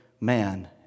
man